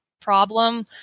problem